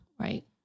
Right